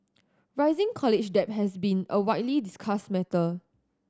rising college debt has been a widely discussed matter